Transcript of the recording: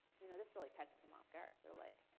you know this really catches them off guard. they're like,